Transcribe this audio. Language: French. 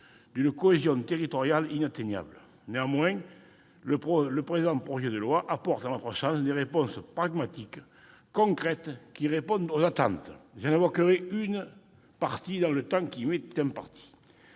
d'une cohésion territoriale inatteignable. Le présent projet de loi apporte, à notre sens, des réponses pragmatiques et concrètes, qui correspondent aux attentes. J'en évoquerai quelques-unes dans le temps qui m'est imparti.